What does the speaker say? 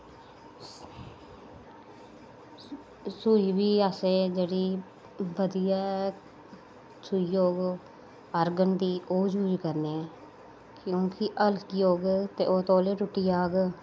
सुई बी असें जेह्ड़ी बधिया सुई होग ओह् आरगन दी ओह् यूज करने हा क्योंकि हल्की होग ओह् तोले टुटी जाह्ग